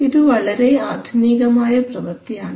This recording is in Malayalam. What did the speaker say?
ഇതു വളരെ ആധുനികമായ പ്രവർത്തിയാണ്